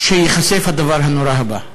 שייחשף הדבר הנורא הבא.